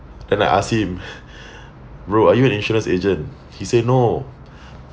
and I ask him bro are you an insurance agent he say no